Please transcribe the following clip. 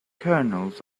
kernels